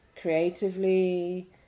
creatively